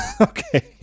Okay